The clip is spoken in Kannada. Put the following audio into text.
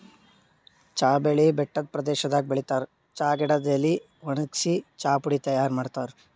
ಚಾ ಬೆಳಿ ಬೆಟ್ಟದ್ ಪ್ರದೇಶದಾಗ್ ಬೆಳಿತಾರ್ ಚಾ ಗಿಡದ್ ಎಲಿ ವಣಗ್ಸಿ ಚಾಪುಡಿ ತೈಯಾರ್ ಮಾಡ್ತಾರ್